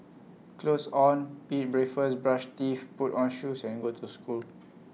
clothes on eat breakfast brush teeth put on shoes and go to school